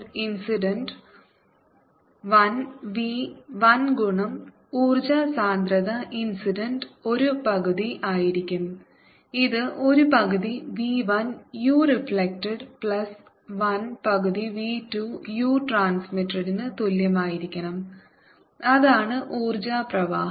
incident 1 v 1 ഗുണം ഊർജ്ജ സാന്ദ്രത ഇൻസിഡന്റ് ഒരു പകുതി ആയിരിക്കും ഇത് ഒരു പകുതി v 1 u reflected plus one പകുതി v 2 u ട്രാൻസ്മിറ്റഡ്ന് തുല്യമായിരിക്കണം അതാണ് ഊർജ്ജ പ്രവാഹം